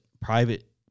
private